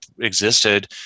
existed